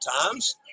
times